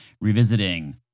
revisiting